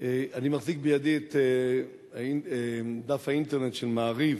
אני מחזיק בידי את דף האינטרנט של "מעריב",